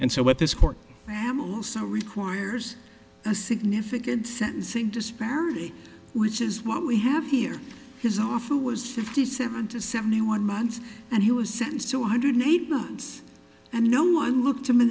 and so what this court ramel also requires a significant sentencing disparity which is what we have here his offer was fifty seven to seventy one months and he was sentenced to one hundred eight months and no one looked him in